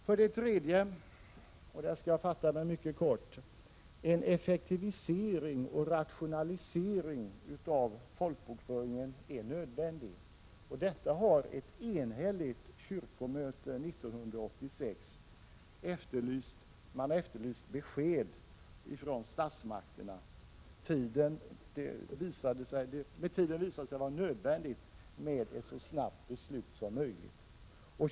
För det tredje — och här skall jag fatta mig mycket kort — är en effektivisering och rationalisering av folkbokföringen nödvändig. Om detta har ett enhälligt kyrkomöte år 1986 efterlyst besked från statsmakterna. Och det visar sig nödvändigt med ett så snabbt beslut som möjligt.